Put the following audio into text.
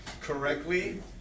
correctly